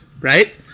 Right